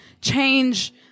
change